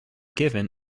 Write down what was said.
given